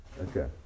Okay